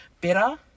better